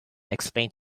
explained